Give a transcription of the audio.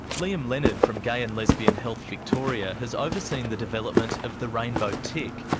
liam leonard from gay and lesbian health victoria has overseen the development of the rainbow tick.